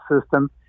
system